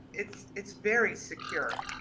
it's it's very secure.